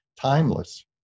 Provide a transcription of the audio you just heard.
timeless